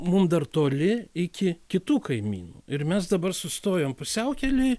mum dar toli iki kitų kaimynų ir mes dabar sustojom pusiaukelėj